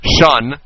Shun